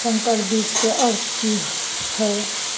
संकर बीज के अर्थ की हैय?